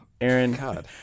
Aaron